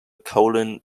colin